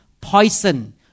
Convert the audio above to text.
poison